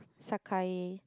Sakai